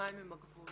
והשמיים הם הגבול.